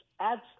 adds